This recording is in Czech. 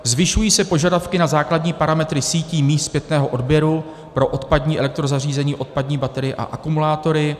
Zvyšují se požadavky na základní parametry sítí míst zpětného odběru pro odpadní elektrozařízení, odpadní baterie a akumulátory.